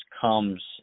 comes